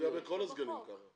---בכל הסגנים ככה.